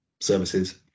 services